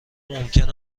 ممکن